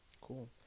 cool